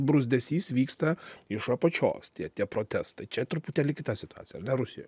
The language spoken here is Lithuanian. bruzdesys vyksta iš apačios tie tie protestai čia truputėlį kita situacija ar ne rusijoj